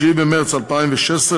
9 במרס 2016,